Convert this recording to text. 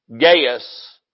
Gaius